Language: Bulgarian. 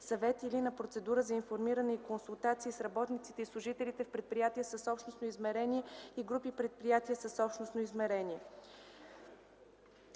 съвет или на процедура за информиране и консултации с работниците и служителите в предприятия с общностно измерение и групи предприятия с общностно измерение.